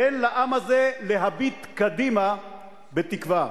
תן לעם הזה להביט קדימה בתקווה.